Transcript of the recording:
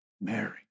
Mary